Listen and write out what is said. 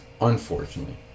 unfortunately